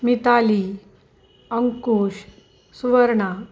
Mithali Ankosh Suvarna